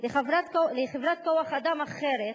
לחברת כוח-אדם אחרת,